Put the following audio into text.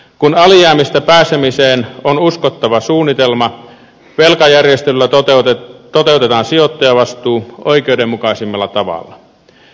kun alijäämistä pääsemiseen on uskottava suunnitelma velkajärjestelyllä toteutetaan sijoittajavastuu oikeudenmukaisimmalla tavalla